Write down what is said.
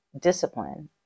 discipline